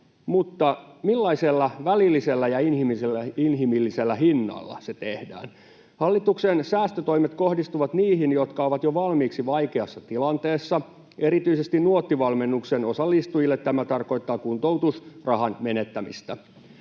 mutta millaisella välillisellä ja inhimillisellä hinnalla se tehdään? Hallituksen säästötoimet kohdistuvat niihin, jotka ovat jo valmiiksi vaikeassa tilanteessa. Erityisesti Nuotti-valmennukseen osallistujille tämä tarkoittaa kuntoutusrahan menettämistä